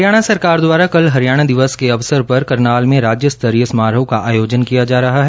हरियाणा सरकार द्वारा कल हरियाणा दिवस के अवसर पर करनाल में राज्य स्तरीय समारोह का आयोजन किया जा रहा है